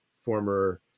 former